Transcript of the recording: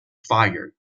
fired